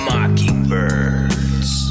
Mockingbirds